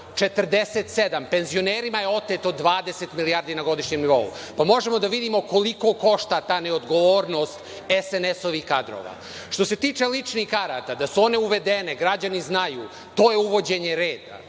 Penzionerima je oteto 20 milijardi na godišnjem nivou. Možemo da vidimo koliko košta ta neodgovornost SNS-ovih kadrova. Što se tiče ličnih karata, da su one uvedene građani znaju, to je uvođenje reda,